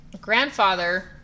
grandfather